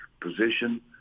position